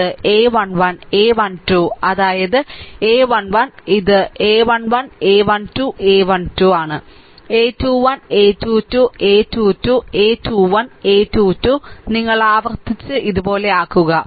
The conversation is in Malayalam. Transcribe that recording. അത് a 1 1 a 1 2 അതായത് a 1 1 ഇത് a 1 1 a 1 2 a 1 2 a 21 a 2 2 a 2 2 a 21 a 2 2 നിങ്ങൾ ആവർത്തിച്ച് ഇതുപോലെയാക്കുക